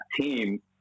team